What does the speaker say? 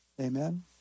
Amen